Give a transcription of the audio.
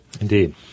Indeed